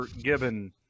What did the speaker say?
given